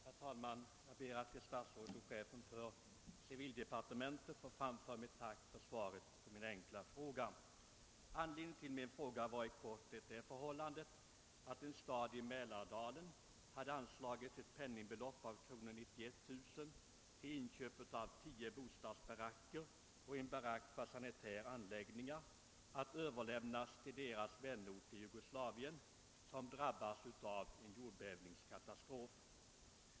Herr talman! Jag ber att till statsrådet och chefen för civildepartementet få framföra ett tack för svaret på min enkla fråga. Anledningen till min fråga var i korthet att en stad i Mälardalen hade anslagit 91 000 kronor för inköp av tio bo stadsbaracker och en barack med sanitär utrustning att överlämnas till stadens vänort i Jugoslavien som drabbats av jordbävningskatastrof.